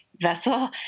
vessel